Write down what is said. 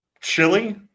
chili